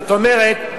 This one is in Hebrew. זאת אומרת,